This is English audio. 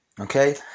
Okay